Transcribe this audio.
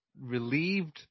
relieved